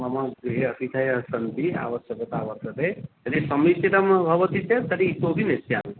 मम गृहे अतिथयः सन्ति आवश्यकता वर्तते यदि समीचिनं न भवति चेत् तर्हि इतोपि न प्रेषयामि